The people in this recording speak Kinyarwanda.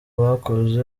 bakoze